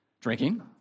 drinking